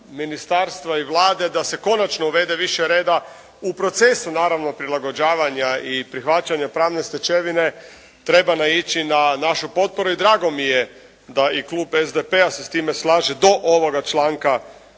ministarstva i Vlade da se konačno uvede više reda u procesu naravno prilagođavanja i prihvaćanja pravne stečevine treba naići na našu potporu i drago mi je da i klub SDP-a se s time slaže do ovoga članka,